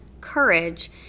courage